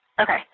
Okay